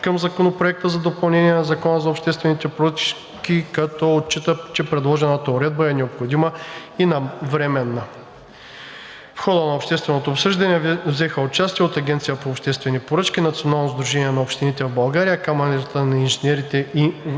към Законопроекта за допълнение на Закона за обществените поръчки, като отчита, че предложената уредба е необходима и навременна. В хода на общественото обсъждане взеха участие от Агенцията по обществени поръчки, Националното сдружение на общините в България, Камарата на инженерите в